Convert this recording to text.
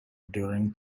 during